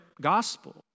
gospel